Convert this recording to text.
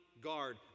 guard